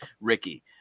Ricky